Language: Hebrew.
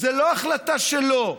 זו לא החלטה שלו,